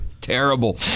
Terrible